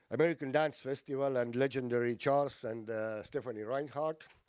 american dance festival and legendary charles and stephanie reinhart,